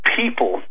people